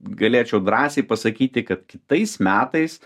galėčiau drąsiai pasakyti kad kitais metais